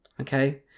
okay